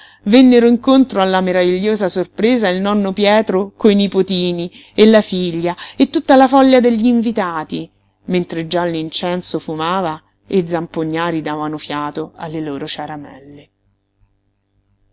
vennero incontro alla meravigliosa sorpresa il nonno pietro coi nipotini e la figlia e tutta la folla degli invitati mentre già l'incenso fumava e i zampognari davano fiato alle loro ciaramelle